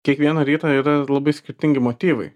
kiekvieną rytą yra labai skirtingi motyvai